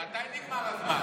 מתי נגמר הזמן?